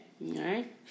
right